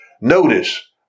Notice